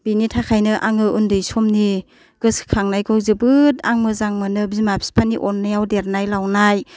बिनि थाखायनो आङो उन्दै समनि गोसोखांनायखौ जोबोद आं मोजां मोनो बिमा बिफानि अननायाव देरनाय लावनाय